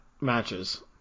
matches